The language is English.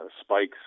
spikes